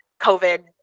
COVID